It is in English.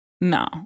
No